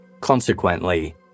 Consequently